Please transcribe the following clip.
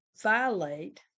violate